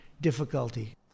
difficulty